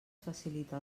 facilita